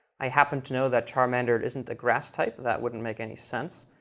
i happen to know that charmander isn't a grass type. that wouldn't make any sense.